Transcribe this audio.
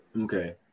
okay